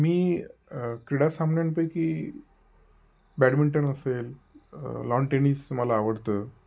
मी क्रीडा सामन्यांपैकी बॅडमिंटन असेल लॉन टेनिस मला आवडतं